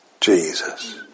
Jesus